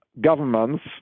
governments